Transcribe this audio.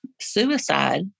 suicide